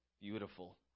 beautiful